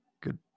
good